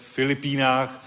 Filipínách